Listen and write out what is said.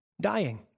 dying